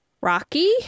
rocky